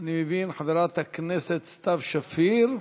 חברת הכנסת סתיו שפיר,